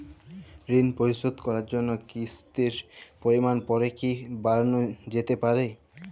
ঋন পরিশোধ করার জন্য কিসতির পরিমান পরে কি বারানো যেতে পারে?